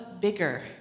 bigger